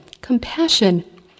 Compassion